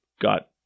got